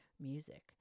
music